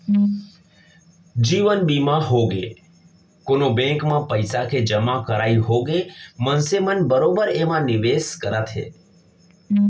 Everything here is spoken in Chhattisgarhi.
जीवन बीमा होगे, कोनो बेंक म पइसा के जमा करई होगे मनसे मन बरोबर एमा निवेस करत हे